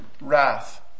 wrath